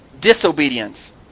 disobedience